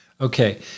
Okay